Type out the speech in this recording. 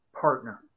partner